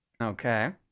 Okay